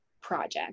project